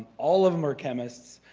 all of them are chemists,